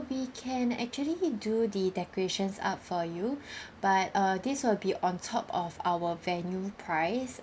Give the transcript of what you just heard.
we can actually do the decorations up for you but uh this will be on top of our venue price